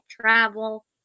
travel